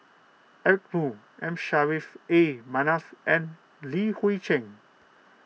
Eric Moo M Saffri A Manaf and Li Hui Cheng